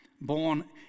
born